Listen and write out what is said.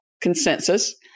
consensus